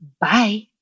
bye